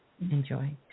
Enjoy